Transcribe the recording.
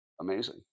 Amazing